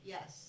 Yes